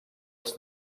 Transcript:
els